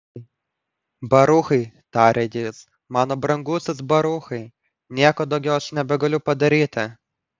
baruchai tarė jis mano brangusis baruchai nieko daugiau aš nebegaliu padaryti